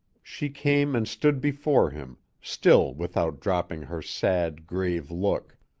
she came and stood before him, still without dropping her sad, grave look.